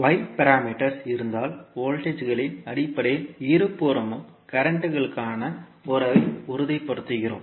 Y பாராமீட்டர்கள் இருந்தால் வோல்டேஜ்களின் அடிப்படையில் இருபுறமும் கரண்ட்களுக்கான உறவை உறுதிப்படுத்துகிறோம்